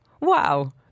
wow